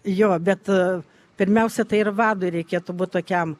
jo bet pirmiausia tai ir vadui reikėtų būt tokiam